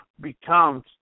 becomes